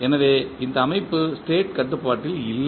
எனவே இந்த அமைப்பு ஸ்டேட் கட்டுப்பாட்டில் இல்லை